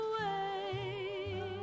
away